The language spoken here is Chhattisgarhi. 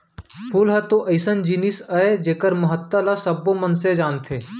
फूल ह तो अइसन जिनिस अय जेकर महत्ता ल सबो मनसे जानथें